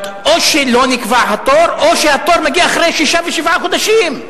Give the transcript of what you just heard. או שלא נקבע התור או שהתור מגיע אחרי שישה ושבעה חודשים.